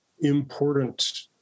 important